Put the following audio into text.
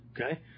okay